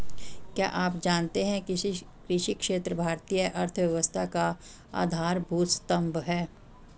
क्या आप जानते है कृषि क्षेत्र भारतीय अर्थव्यवस्था का आधारभूत स्तंभ है?